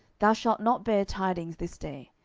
thou shalt not bear tidings this day,